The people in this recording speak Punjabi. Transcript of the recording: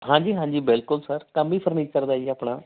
ਹਾਂਜੀ ਹਾਂਜੀ ਬਿਲਕੁਲ ਸਰ ਕੰਮ ਹੀ ਫਰਨੀਚਰ ਦਾ ਜੀ ਆਪਣਾ